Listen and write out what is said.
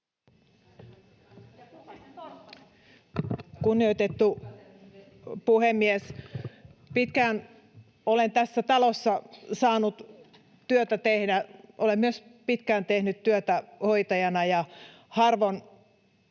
Kunnioitettu puhemies! Pitkään olen tässä talossa saanut työtä tehdä, pitkään olen myös tehnyt työtä hoitajana. Harvoin